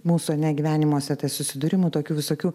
mūsų gyvenimuose tų susidūrimų tokių visokių